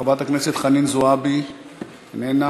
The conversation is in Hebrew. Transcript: חברת הכנסת חנין זועבי, איננה.